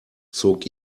zog